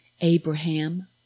Abraham